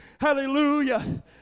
Hallelujah